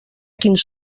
quins